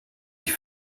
ich